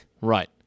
Right